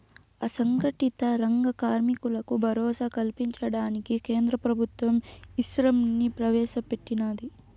అసంగటిత రంగ కార్మికులకు భరోసా కల్పించడానికి కేంద్ర ప్రభుత్వం ఈశ్రమ్ ని ప్రవేశ పెట్టినాది